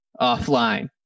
offline